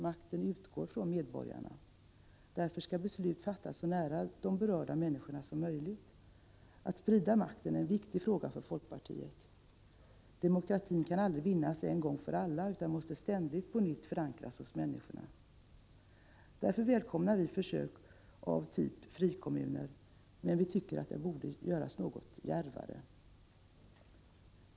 Makten utgår från medborgarna, och därför skall beslut fattas så nära de berörda människorna som möjligt. Att sprida makten är en viktig fråga för folkpartiet. Demokratin kan aldrig vinnas en gång för alla, utan måste ständigt på nytt förankras hos människorna. Därför välkomnar vi försök av typen frikommuner — men vi tycker att de borde ha gjorts något djärvare.